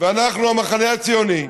ואנחנו, המחנה הציוני,